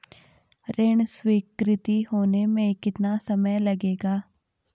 ऋण स्वीकृति होने में कितना समय लगेगा?